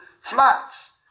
flats